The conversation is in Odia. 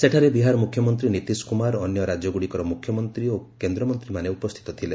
ସେଠାରେ ବିହାର ମୁଖ୍ୟମନ୍ତ୍ରୀ ନୀତିଶ କୁମାର ଅନ୍ୟ ରାଜ୍ୟଗୁଡ଼ିକର ମୁଖ୍ୟମନ୍ତ୍ରୀ ଓ କେନ୍ଦ୍ରମନ୍ତ୍ରୀମାନେ ଉପସ୍ଥିତ ଥିଲେ